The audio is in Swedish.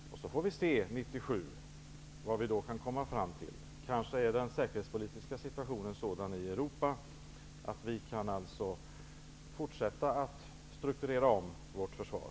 Sedan får vi se vad vi kan komma fram till 1997. Då är kanske den säkerhetspolitiska situationen i Europa sådan att vi kan fortsätta att strukturera om vårt försvar.